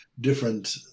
different